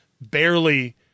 barely